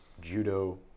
judo